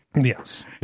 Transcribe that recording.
Yes